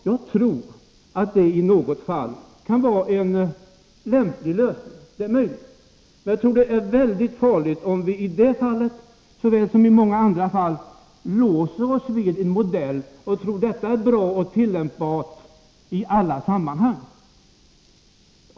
Jag tror att sådana i något fall kan vara en lämplig lösning — det är möjligt. Men jag tror att det är mycket farligt om vi i det här fallet, såväl som i många andra fall, låser oss vid en viss modell och tror att den är bra och tillämpbar i alla sammanhang.